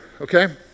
okay